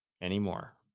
anymore